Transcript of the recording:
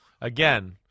Again